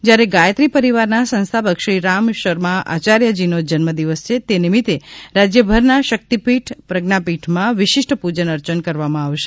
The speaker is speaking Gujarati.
જ્યારે ગાયત્રી પરિવારના સંસ્થાપક શ્રી રામ શર્મા આચાર્યજીનો જન્મ દિવસ છે તે નિમિત્તે રાજ્યભરના શક્તિપીઠ પ્રજ્ઞાપીઠમાં વિશિષ્ટ પૂજન અર્ચન કરવામાં આવશે